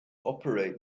operate